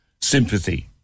sympathy